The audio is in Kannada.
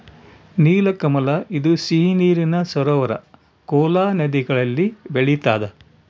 ನೀಲಕಮಲ ಇದು ಸಿಹಿ ನೀರಿನ ಸರೋವರ ಕೋಲಾ ನದಿಗಳಲ್ಲಿ ಬೆಳಿತಾದ